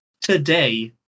today